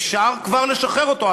אפשר כבר לשחרר אותו.